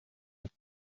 ist